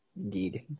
Indeed